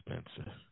expensive